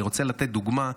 אני רוצה לתת דוגמה.